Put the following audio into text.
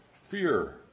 fear